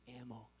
ammo